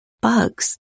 bugs